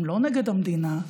הם לא נגד המדינה,